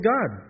God